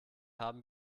haben